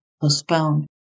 postpone